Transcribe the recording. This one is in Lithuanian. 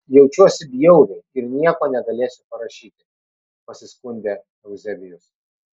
jaučiuosi bjauriai ir nieko negalėsiu parašyti pasiskundė euzebijus